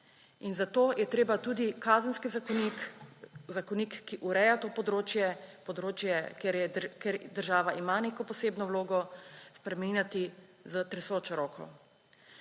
Zato je treba tudi Kazenski zakonik, zakonik, ki ureja to področje, področje, kjer ima država neko posebno vlogo, spreminjati s tresočo roko.